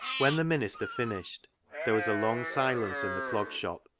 when the minister finished there was a long silence in the clog shop,